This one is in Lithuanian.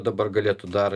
dabar galėtų dar